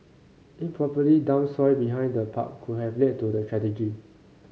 improperly dumped soil behind the park could have led to the tragedy